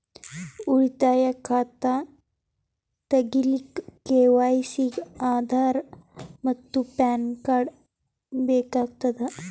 ಉಳಿತಾಯ ಖಾತಾ ತಗಿಲಿಕ್ಕ ಕೆ.ವೈ.ಸಿ ಗೆ ಆಧಾರ್ ಮತ್ತು ಪ್ಯಾನ್ ಕಾರ್ಡ್ ಬೇಕಾಗತದ